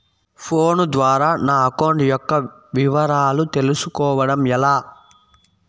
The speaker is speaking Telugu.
ఫోను ద్వారా నా అకౌంట్ యొక్క వివరాలు తెలుస్కోవడం ఎలా?